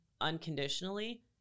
unconditionally